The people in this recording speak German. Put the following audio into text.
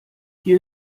hier